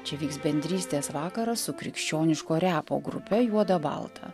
čia vyks bendrystės vakaras su krikščioniško repo grupe juoda balta